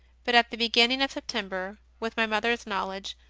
but at the begin ning of september, with my mother s knowledge,